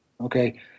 Okay